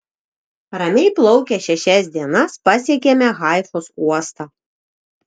ramiai plaukę šešias dienas pasiekėme haifos uostą